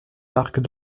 marques